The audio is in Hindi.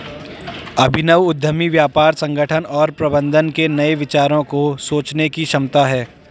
अभिनव उद्यमी व्यापार संगठन और प्रबंधन के नए विचारों को सोचने की क्षमता है